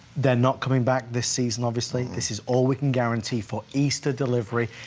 they are not coming back this season obviously this is all we can guarantee for easter delivery.